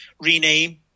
rename